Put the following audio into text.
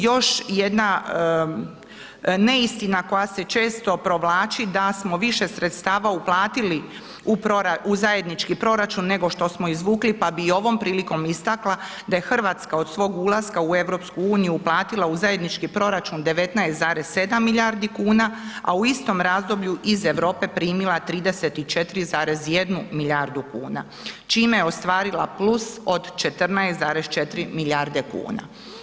Još jedna neistina koja se često provlači, da smo više sredstava uplatili u zajednički proračun, nego što smo izvukli, pa bi i ovom prilikom istakla da je RH od svog ulaska u EU uplatila u zajednički proračun 19,7 milijardi kuna, a u istom razdoblju iz Europe primila 34,1 milijardu kuna, čime je ostvarila plus od 14,4 milijarde kuna.